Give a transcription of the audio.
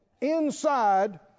inside